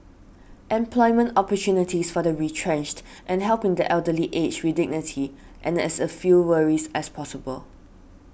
employment opportunities for the retrenched and helping the elderly age with dignity and as few worries as possible